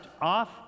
off